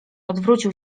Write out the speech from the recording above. odwrócił